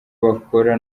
bakora